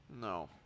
No